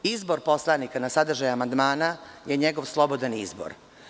Izbor poslanika na sadržaj amandmana je njegov slobodan izbor.